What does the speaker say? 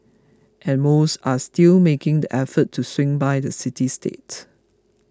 and most are still making the effort to swing by the city state